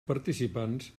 participants